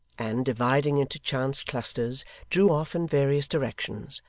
and, dividing into chance clusters, drew off in various directions,